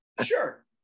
sure